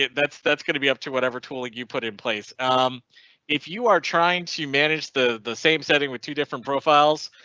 that's that's going to be up to whatever tooling you put in place um if you are trying to manage the the same setting with two different profiles.